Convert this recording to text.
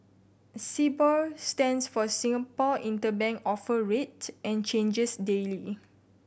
Sibor stands for Singapore Interbank Offer Rate and changes daily